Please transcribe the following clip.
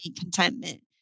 contentment